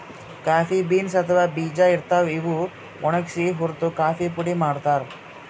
coffee beans ಅಥವಾ ಬೀಜಾ ಇರ್ತಾವ್, ಇವ್ ಒಣಗ್ಸಿ ಹುರ್ದು ಕಾಫಿ ಪುಡಿ ಮಾಡ್ತಾರ್